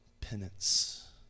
penance